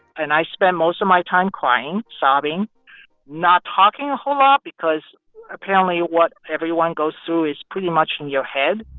and i spent most of my time crying, sobbing not talking a whole lot because apparently, what everyone goes through is pretty much in your head